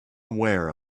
aware